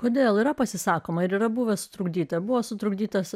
kodėl yra pasisakoma ir yra buvę sutrukdyta buvo sutrukdytas